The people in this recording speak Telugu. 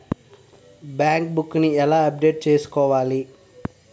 బ్యాంక్ బుక్ నీ ఎలా అప్డేట్ చేసుకోవాలి?